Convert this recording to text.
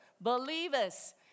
believers